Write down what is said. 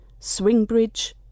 Swingbridge